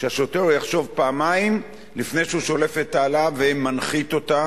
שהשוטר יחשוב פעמיים לפני שהוא שולף את האלה ומנחית אותה